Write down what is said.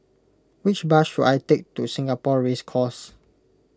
which bus should I take to Singapore Race Course